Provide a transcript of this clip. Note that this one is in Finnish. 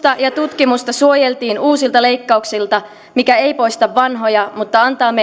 tutkimusta suojeltiin uusilta leikkauksilta mikä ei poista vanhoja mutta antaa meille työrauhan